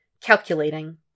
Calculating